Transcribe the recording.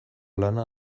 lana